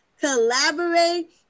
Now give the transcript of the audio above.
collaborate